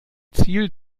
ziel